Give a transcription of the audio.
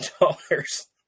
dollars